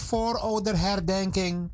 Voorouderherdenking